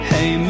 Hey